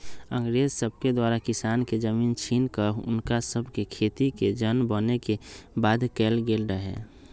अंग्रेज सभके द्वारा किसान के जमीन छीन कऽ हुनका सभके खेतिके जन बने के बाध्य कएल गेल रहै